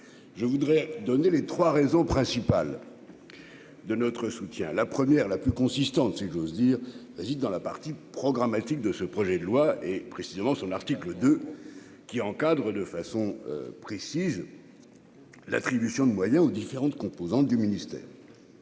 je voudrais donner les 3 raisons principales de notre soutien, la première, la plus consistante, si j'ose dire, réside dans la partie programmatique de ce projet de loi et précisément son article 2 qui encadre de façon précise l'attribution de moyens aux différentes composantes du ministère.